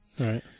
Right